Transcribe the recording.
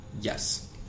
yes